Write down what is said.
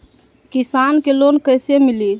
किसान के लोन कैसे मिली?